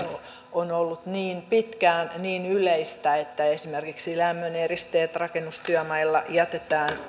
on ollut niin pitkään niin yleistä että esimerkiksi lämmöneristeet rakennustyömailla jätetään